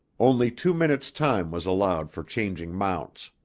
only two minutes time was allowed for changing mounts.